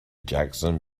jackson